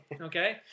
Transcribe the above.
Okay